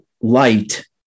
light